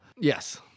Yes